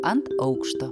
ant aukšto